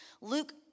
Luke